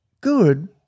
good